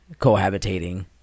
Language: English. cohabitating